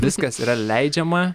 viskas yra leidžiama